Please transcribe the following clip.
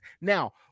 Now